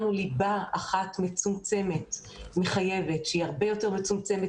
יצרנו ליבה אחת מצומצמת ומחייבת שהיא הרבה יותר מצומצמת